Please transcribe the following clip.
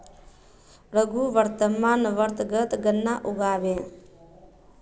रघु वर्तमान वर्षत गन्ना उगाबे